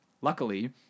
luckily